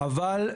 אבל,